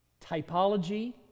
typology